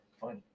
funny